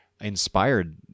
inspired